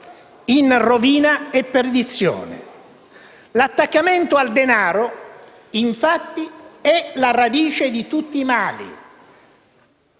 in rovina e perdizione. L'attaccamento al denaro, infatti, è la radice di tutti i mali;